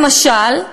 למשל,